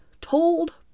told